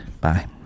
Bye